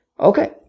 Okay